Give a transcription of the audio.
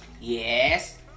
Yes